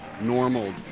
normal